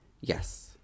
Yes